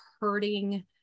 hurting